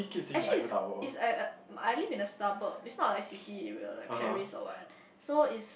actually it's it's at uh I live in a suburb is not like city area like Paris or what so is